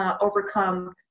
overcome